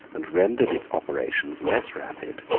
and rendered its operations less rapid,